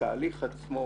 התהליך עצמו,